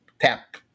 tap